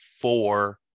four